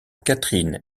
catherine